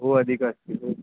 भो अधिकः अस्ति भो